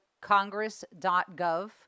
congress.gov